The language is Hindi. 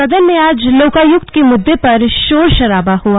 सदन में आज लोकायुक्त के मुद्दे पर शोर शराबा हुआ